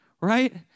right